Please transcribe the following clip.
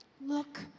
Look